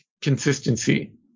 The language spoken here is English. Consistency